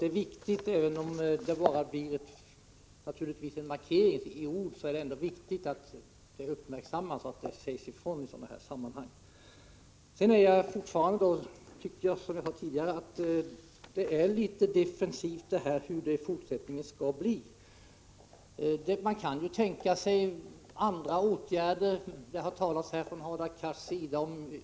Det är viktigt, även om det naturligtvis bara blir en markering i ord, att uppmärksamma och säga ifrån i sådana här sammanhang. Som jag sade tidigare tycker jag svaret är litet defensivt när det gäller hur det skall bli i fortsättningen. Man kan ju tänka sig andra åtgärder. Hadar Cars nämndet.ex.